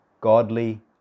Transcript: godly